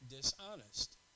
dishonest